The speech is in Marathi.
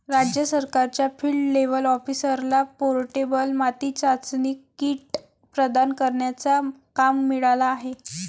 राज्य सरकारच्या फील्ड लेव्हल ऑफिसरला पोर्टेबल माती चाचणी किट प्रदान करण्याचा काम मिळाला आहे